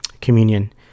communion